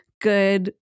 good